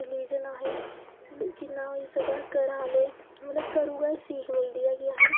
religion अहें ई जि'न्ना होई सकै घरा आह्ले मतलब घरू गै सीख़ मिलदी ऐ कि अहें